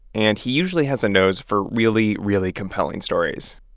and he usually has a nose for really, really compelling stories,